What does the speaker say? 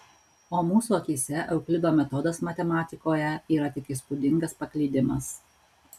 o mūsų akyse euklido metodas matematikoje yra tik įspūdingas paklydimas